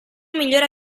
migliore